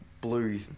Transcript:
blue